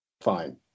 fine